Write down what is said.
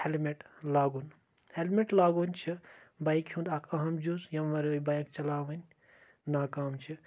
helmet لاگُن helmet لاگُن چھُ بایکہِ ہُنٛد اَکھ أہم جُز یا اَمہِ وَرٲے بایک چَلاوٕنۍ ناکام چھِ